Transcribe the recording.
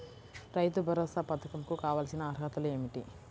రైతు భరోసా పధకం కు కావాల్సిన అర్హతలు ఏమిటి?